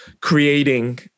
creating